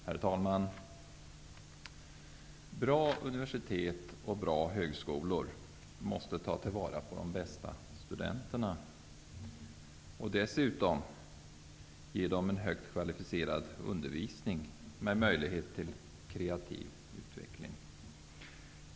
Herr talman! Bra universitet och bra högskolor måste ta vara på de bästa studenterna och dessutom ge dem en högt kvalificerad undervisning med möjlighet till kreativ utveckling.